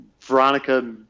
Veronica